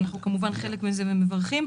אנחנו כמובן חלק מזה ומברכים.